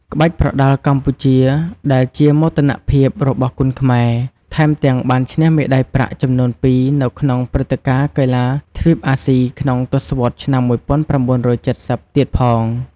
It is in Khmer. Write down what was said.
ក្បាច់ប្រដាល់កម្ពុជា ដែលជាមោទនភាពរបស់គុនខ្មែរ ថែមទាំងបានឈ្នះមេដាយប្រាក់ចំនួនពីរនៅក្នុងព្រឹត្តិការណ៍កីឡាទ្វីបអាស៊ីក្នុងទសវត្សរ៍ឆ្នាំ ១៩៧០ ទៀតផង។